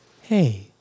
Hey